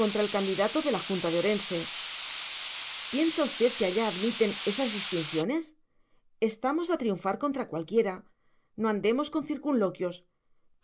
contra el candidato de la junta de orense piensa usted que allá admiten esas distinciones estamos a triunfar contra cualquiera no andemos con circunloquios